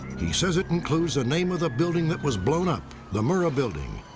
he says it includes a name of the building that was blown up, the murrah building.